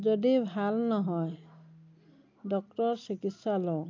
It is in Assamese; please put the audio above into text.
যদি ভাল নহয় ডক্তৰৰ চিকিৎসা লওঁ